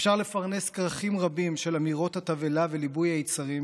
אפשר לפרנס כרכים רבים של אמירות התבהלה וליבוי היצרים,